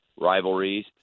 rivalries